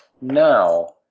now